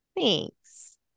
thanks